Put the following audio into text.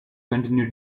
continue